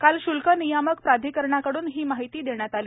काल शुल्क नियामक प्राधिकरणाकडून ही माहिती देण्यात आली